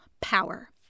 power